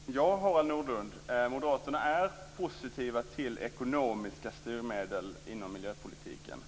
Fru talman! Ja, Harald Nordlund, Moderaterna är positiva till ekonomiska styrmedel inom miljöpolitiken.